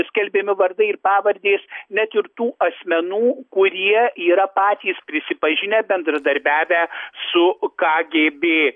skelbiami vardai ir pavardės net ir tų asmenų kurie yra patys prisipažinę bendradarbiavę su kagėbė